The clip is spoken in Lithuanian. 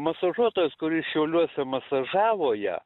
masažuotojas kuris šiauliuose masažavo ją